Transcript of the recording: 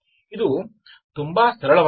ಇದು ತುಂಬಾ ಸರಳವಾಗಿದೆ